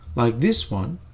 like this one,